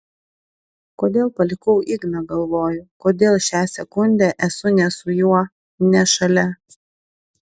kodėl palikau igną galvoju kodėl šią sekundę esu ne su juo ne šalia